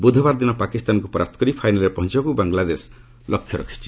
ବୂଧବାର ଦିନ ପାକିସ୍ତାନକୁ ପରାସ୍ତ କରି ଫାଇନାଲ୍ରେ ପହଞ୍ଚିବାକୁ ବାଙ୍ଗଲାଦେଶ ଲକ୍ଷ୍ୟ ରଖିଛି